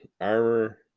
armor